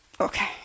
Okay